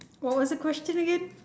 what was the question again